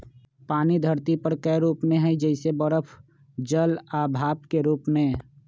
पानी धरती पर कए गो रूप में हई जइसे बरफ जल आ भाप के रूप में